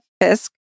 Fisk